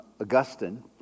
Augustine